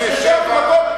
לנשל אותו מהכול,